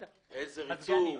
מדובר על ריצוף,